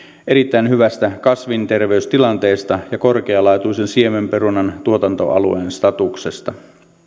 erittäin hyvästä kasvinterveystilanteesta ja korkealaatuisen siemenperunan tuotantoalueen statuksesta